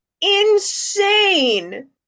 insane